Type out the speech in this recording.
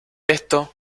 esto